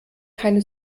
keine